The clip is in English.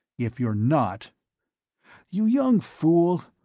if you're not you young fool,